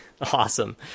Awesome